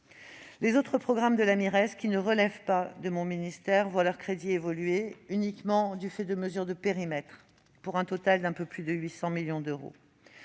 Les autres programmes de la Mires, qui ne relèvent pas de mon ministère, voient leurs crédits évoluer, mais uniquement du fait de mesures de périmètres, pour un total d'un peu plus de 800 millions d'euros.